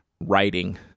writing